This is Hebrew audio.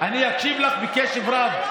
אני אקשיב לך בקשב רב.